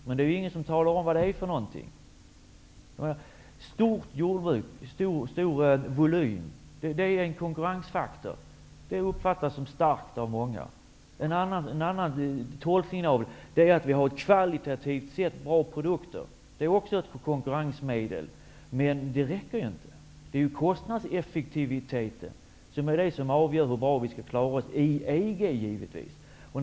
Men det är ingen som talar om vad det är fråga om. Stor volym på jordbruket är en konkurrensfaktor och uppfattas av många som något starkt. En annan tolkning är att ha kvalitativt sett bra produkter. Det är också ett konkurrensmedel. Men det här räcker inte. Kostnadseffektiviteten avgör hur bra Sverige klarar sig i EG.